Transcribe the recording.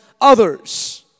others